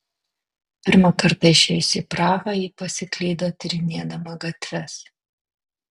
pirmą kartą išėjusi į prahą ji pasiklydo tyrinėdama gatves